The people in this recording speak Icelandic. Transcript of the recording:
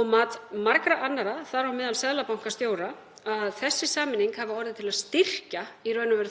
og mat margra annarra, þar á meðal seðlabankastjóra, að sú sameining hafi orðið til þess að styrkja